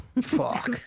Fuck